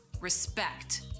respect